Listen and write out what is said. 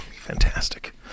Fantastic